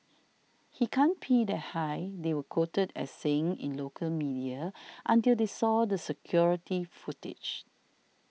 he can't pee that high they were quoted as saying in local media until they saw the security footage